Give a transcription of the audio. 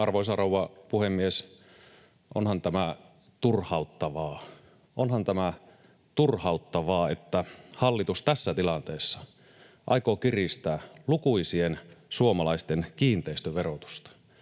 tämä turhauttavaa, onhan tämä turhauttavaa, että hallitus tässä tilanteessa aikoo kiristää lukuisien suomalaisten kiinteistöverotusta.